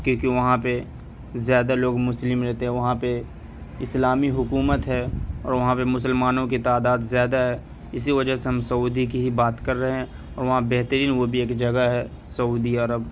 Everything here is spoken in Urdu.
کیونکہ وہاں پہ زیادہ لوگ مسلم رہتے وہاں پہ اسلامی حکومت ہے اور وہاں پہ مسلمانوں کی تعداد زیادہ ہے اسی وجہ سے ہم سعودی کی ہی بات کر رہے ہیں اور وہاں بہترین وہ بھی ایک جگہ ہے سعودی عرب